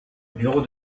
bureau